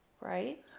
Right